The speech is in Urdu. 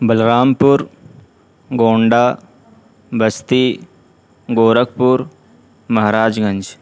بلرام پور گونڈا بستی گورکھپور مہاراج گنج